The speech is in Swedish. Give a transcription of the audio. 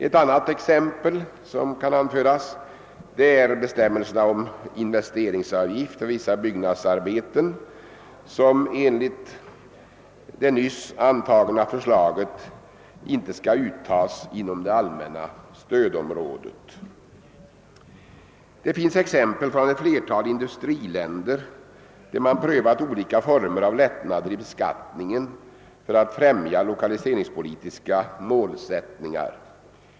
Ett annat exempel som kan anföras är bestämmelserna om investeringsavgift på: vissa byggnadsarbeten, som enligt det nyligen antagna förslaget härom inte skall uttas inom det allmänna stödområdet. Det finns exempel från ett flertal industriländer där man prövat olika former av lättnader i beskattningen för att främja lokaliseringspolitiska målsättningar.